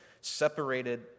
separated